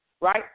right